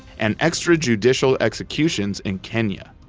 and extrajudicial executions in kenya.